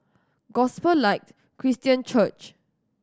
Gospel Light Christian Church